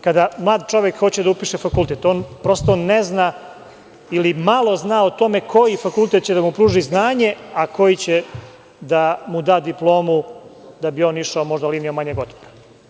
Kada mlad čovek hoće da upiše fakultet on prosto ne zna ili malo zna o tome koji fakultet će mu pružiti znanje, a koji će da mu da diplomu da bi on išao možda linijom manjeg otpora.